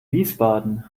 wiesbaden